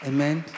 Amen